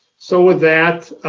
so with that,